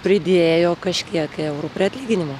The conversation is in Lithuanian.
pridėjo kažkiek eurų prie atlyginimo